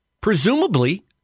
Presumably